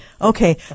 okay